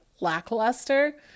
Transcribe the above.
lackluster